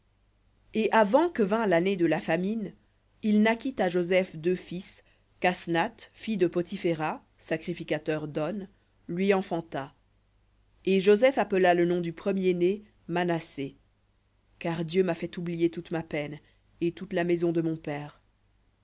et avant que vînt l'année de la famine il naquit à joseph deux fils qu'asnath fille de poti phéra sacrificateur d'on lui enfanta et joseph appela le nom du premier-né manassé car dieu m'a fait oublier toute ma peine et toute la maison de mon père